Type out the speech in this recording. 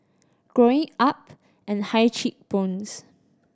growing up and high cheek bones